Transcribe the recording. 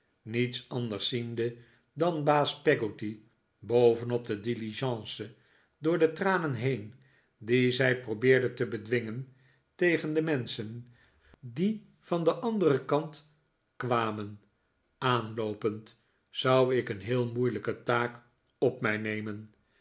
niets anders ziende dan baas peggotty bovenop de diligence door de tranen heen die zij probeerde te bedwingen tegen de menschen die van den anderen kant kwamen aanloopend zou ik een heel moeilijke taak op mij nemen